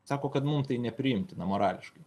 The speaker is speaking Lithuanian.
sako kad mum tai nepriimtina morališkai